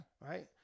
Right